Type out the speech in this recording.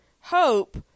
hope